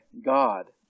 God